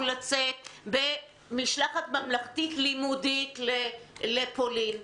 לצאת במשלחת ממלכתית לימודית לפולין,